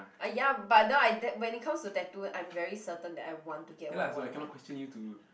ah ya but now I when it comes to tattoo I'm very certain that I want to get what I want [what]